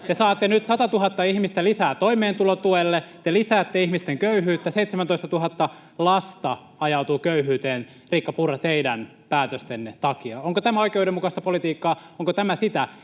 saatte nyt 100 000 ihmistä lisää toimeentulotuelle. Te lisäätte ihmisten köyhyyttä: 17 000 lasta ajautuu köyhyyteen, Riikka Purra, teidän päätöstenne takia. Onko tämä oikeudenmukaista politiikkaa? Onko tämä sitä,